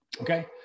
Okay